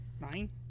nine